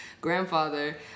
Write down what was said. grandfather